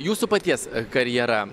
jūsų paties karjera